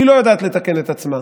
היא לא יודעת לתקן את עצמה.